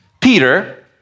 Peter